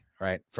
right